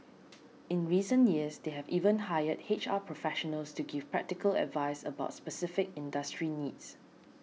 in recent years they have even hired H R professionals to give practical advice about specific industry needs